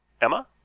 Emma